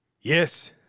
Yes